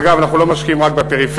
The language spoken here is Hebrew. אגב, אנחנו לא משקיעים רק בפריפריה.